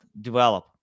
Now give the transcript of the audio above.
develop